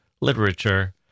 literature